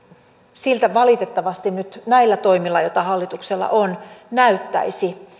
siltä valitettavasti nyt näillä toimilla joita hallituksella on näyttäisi